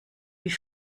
wie